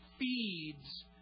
feeds